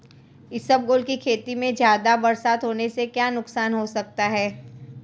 इसबगोल की खेती में ज़्यादा बरसात होने से क्या नुकसान हो सकता है?